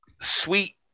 sweet